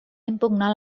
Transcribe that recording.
impugnar